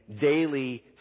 daily